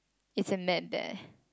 isn't that bad